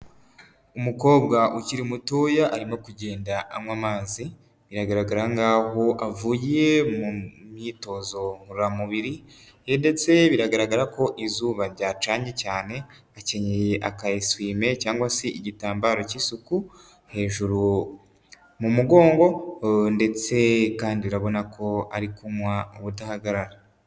Umukobwa ukiri mutoya arimo kugenda anywa amazi, biragaragara nkaho avuye mu myitozo ngororamubiri, ndetse biragaragara ko izuba ryacanye cyane akenyeye akayesuwime cyangwa se igitambaro cy'isuku hejuru mu mugongo, ndetse kandi urabona ko ari kunywa ubudahagarara.